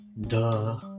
Duh